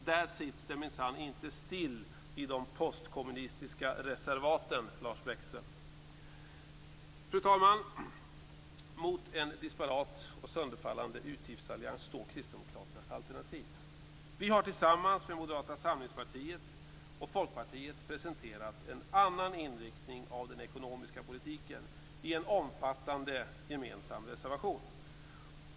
Där sitts det minsann inte still i de postkommunistiska reservaten, Lars Bäckström! Fru talman! Mot en disparat och sönderfallande utgiftsallians står Kristdemokraternas alternativ. Vi har tillsammans med Moderata samlingspartiet och Folkpartiet presenterat en annan inriktning av den ekonomiska politiken i en omfattande gemensam reservation.